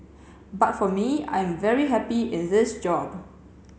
but for me I'm very happy in this job